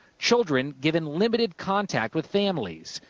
children given limited contact with families,